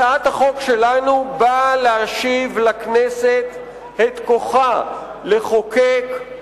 הצעת החוק שלנו באה להשיב לכנסת את כוחה לחוקק,